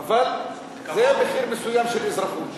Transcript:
אבל זה מחיר מסוים של אזרחות.